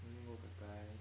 don't need go gai-gai